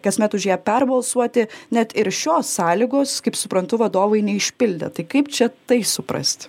kasmet už ją perbalsuoti net ir šios sąlygos kaip suprantu vadovai neišpildė tai kaip čia tai suprasti